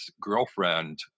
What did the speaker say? girlfriend